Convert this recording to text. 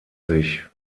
sich